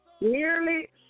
Nearly